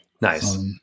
Nice